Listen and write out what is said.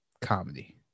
Comedy